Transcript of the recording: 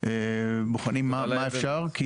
בוחנים מה אפשר.